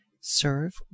serve